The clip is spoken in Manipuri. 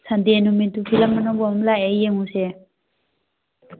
ꯁꯟꯗꯦ ꯅꯨꯃꯤꯠꯇꯨ ꯐꯤꯂꯝ ꯑꯅꯧꯕ ꯑꯃ ꯂꯥꯛꯑꯦ ꯌꯦꯡꯉꯨꯁꯦ